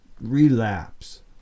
relapse